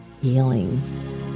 healing